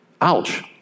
Ouch